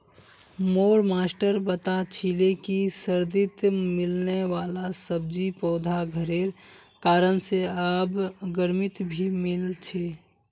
मोर मास्टर बता छीले कि सर्दित मिलने वाला सब्जि पौधा घरेर कारण से आब गर्मित भी मिल छे